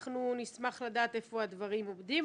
אנחנו נשמח לדעת איפה הדברים עומדים,